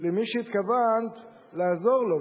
למי שהתכוונת לעזור לו,